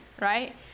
right